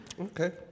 Okay